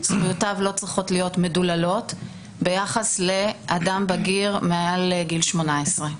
זכויותיו לא צריכות להיות מדוללות ביחס לאדם בגיר מעל גיל 18,